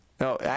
No